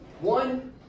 one